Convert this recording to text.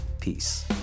Peace